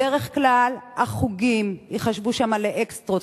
בדרך כלל החוגים ייחשבו שם לאקסטרות.